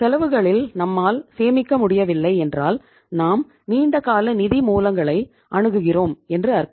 செலவுகளில் நம்மால் சேமிக்க முடியவில்லை என்றால் நாம் நீண்ட கால நிதி மூலங்களை அணுகுகிறோம் என்று அர்த்தம்